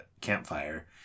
campfire